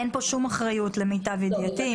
אין שום אחריות למיטב ידיעתי.